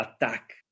attack